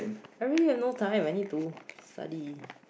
I really have no time I need to study